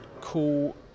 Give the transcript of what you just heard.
cool